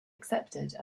acceptable